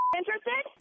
interested